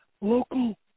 local